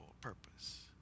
purpose